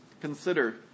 Consider